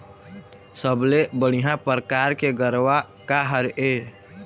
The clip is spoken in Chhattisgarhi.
सबले बढ़िया परकार के गरवा का हर ये?